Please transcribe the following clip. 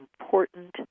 important